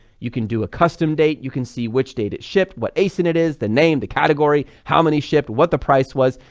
you can do a custom date, you can see which date it shipped, what asin it is, the name, the category, how many shipped, what the price was.